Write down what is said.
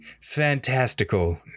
fantastical